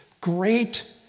great